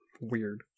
Weird